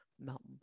Mountain